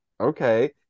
okay